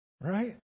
right